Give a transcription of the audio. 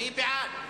מי בעד?